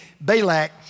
Balak